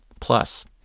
Plus